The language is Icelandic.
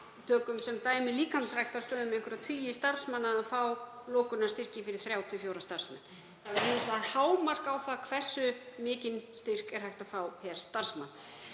tökum þær sem dæmi, með einhverja tugi starfsmanna, að fá lokunarstyrki fyrir þrjá til fjóra starfsmenn. Það er hins vegar hámark á því hversu mikinn styrk er hægt að fá á hvern starfsmann.